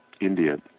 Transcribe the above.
India